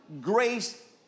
grace